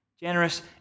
Generous